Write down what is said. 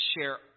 share